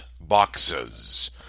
boxes